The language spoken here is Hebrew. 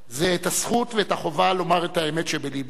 זה את הזכות ואת החובה לומר את האמת שבלבנו,